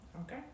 okay